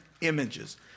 images